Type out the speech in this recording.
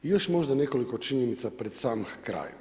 I još možda nekoliko činjenica pred sam kraj.